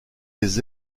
des